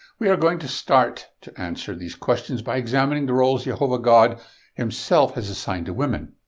we are going to start to answer these questions by examining the roles yehovah god himself has assigned to women.